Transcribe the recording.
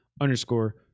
underscore